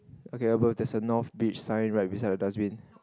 okay above there's a north beach sign right beside the dustbin